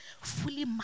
fully